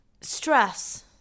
Stress